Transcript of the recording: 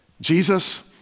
Jesus